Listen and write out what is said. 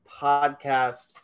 podcast